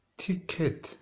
ticket